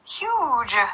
huge